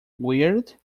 weird